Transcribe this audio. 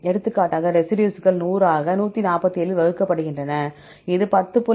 எடுத்துக்காட்டாக ரெசிடியூஸ்கள் 100 ஆக 147 ஆல் வகுக்கப்படுகின்றன இது 10